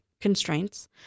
constraints